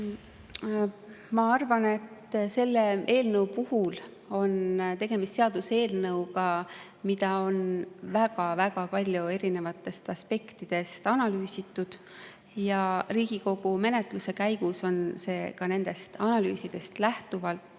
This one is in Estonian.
Ma arvan, et selle eelnõu puhul on tegemist seaduseelnõuga, mida on väga, väga palju erinevatest aspektidest analüüsitud. Riigikogu menetluse käigus on seda ka analüüsidest lähtuvalt